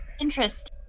interest